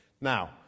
Now